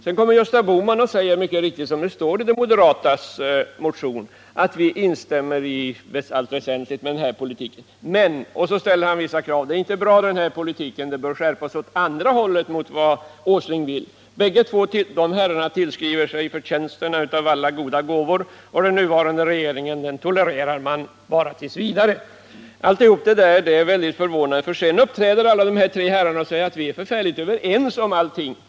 Sedan kommer Gösta Bohman och säger, som det står i de moderatas motion, att de i allt väsentligt ställer sig bakom den här politiken. Men så säger han att den här politiken inte är bra; den bör skärpas i motsatt riktning mot vad Nils Åsling vill. Båda dessa herrar tillskriver sig förtjänsterna av alla goda gåvor, och den nuvarande regeringen tolererar de bara t. v. Sedan uppträder dessa båda herrar och industriministern och säger att de är överens om allting.